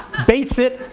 baits it,